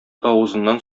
авызыннан